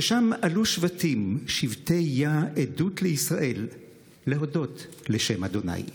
ששם עלו שבטים שבטי יה עדות לישראל להדות לשם ה'.